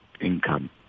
income